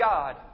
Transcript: God